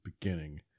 beginning